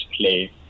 play